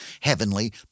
Heavenly